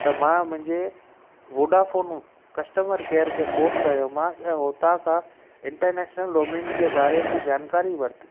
त मां मुंहिंजे वोडाफोन कस्टमर केयर खे फोन कयोमांसि ऐं हुता खां इंटरनेशनल रोमिंग जे बारे में जानकारी वरिती